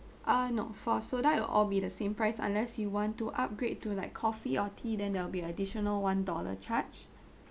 ah no for soda it will all be the same price unless you want to upgrade to like coffee or tea then there will be additional one dollar charge